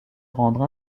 rendre